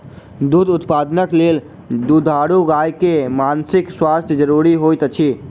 दूध उत्पादनक लेल दुधारू गाय के मानसिक स्वास्थ्य ज़रूरी होइत अछि